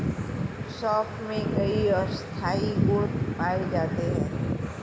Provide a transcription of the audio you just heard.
सोंफ में कई औषधीय गुण पाए जाते हैं